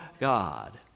God